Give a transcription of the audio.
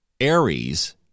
Aries